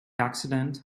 accident